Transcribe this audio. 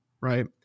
Right